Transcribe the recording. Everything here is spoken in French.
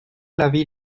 l’avis